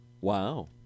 Wow